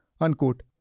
unquote